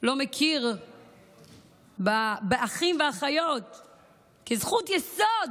לא מכיר באחים ואחיות כזכות יסוד,